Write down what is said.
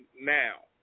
now